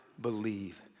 believe